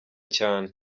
cyane